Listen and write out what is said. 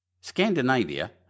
Scandinavia